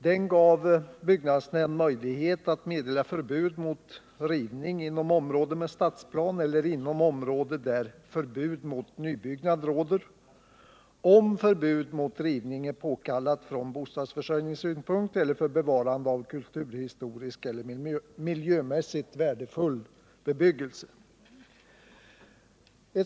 Den gav byggnadsnämnd möjlighet att meddela förbud mot rivning inom område med stadsplan eller inom område där förbud mot nybyggnad råder, om förbud mot rivning är påkallat från bostadsförsörjningssynpunkt eller för bevarande av kulturhistoriskt eller miljömässigt värdefull bebyggelse.